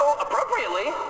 appropriately